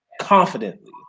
confidently